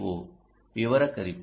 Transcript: ஓ விவரக்குறிப்பு